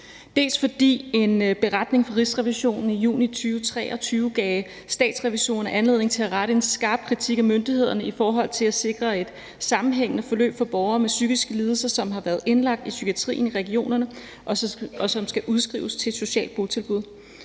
det, fordi en beretning fra Rigsrevisionen i juni 2023 gav Statsrevisorerne anledning til at rette en skarp kritik af myndighederne i forhold til at sikre et sammenhængende forløb for borgere med psykiske lidelser, som har været indlagt i psykiatrien i regionerne, og som skal udskrives til et socialt botilbud;